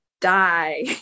die